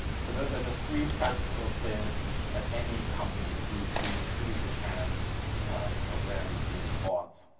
so those are just three practical things that any company can do to increase the chance of them being bought.